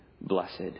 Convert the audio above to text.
blessed